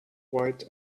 white